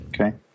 Okay